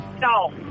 No